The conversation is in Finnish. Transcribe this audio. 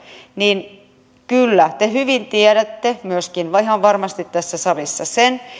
niin kyllä te hyvin tiedätte myöskin ihan varmasti tässä salissa sen